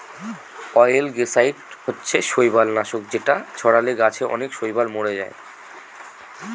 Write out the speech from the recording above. অয়েলগেসাইড হচ্ছে শৈবাল নাশক যেটা ছড়ালে গাছে অনেক শৈবাল মোরে যায়